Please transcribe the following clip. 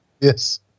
Yes